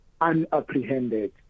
unapprehended